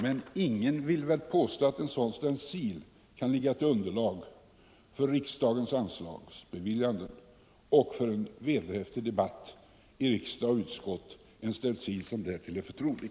Men ingen vill väl påstå att en sådan stencil kan utgöra underlag för riksdagens anslagsbeviljanden och för en vederhäftig debatt i riksdag och utskott — en stencil som därtill är förtrolig.